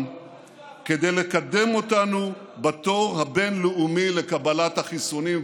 כדי לקדם אותנו בתור הבין-לאומי לקבלת החיסונים,